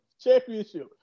championship